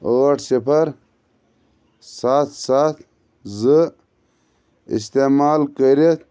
ٲٹھ صِفر سَتھ سَتھ زٕ استعمال کٔرِتھ